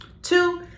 Two